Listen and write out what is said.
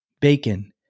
bacon